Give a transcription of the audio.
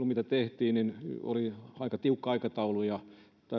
mitä tehtiin oli aika tiukka aikataulu ja